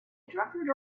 drunkard